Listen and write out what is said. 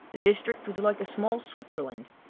the district was like a small switzerland,